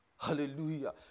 Hallelujah